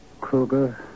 Kruger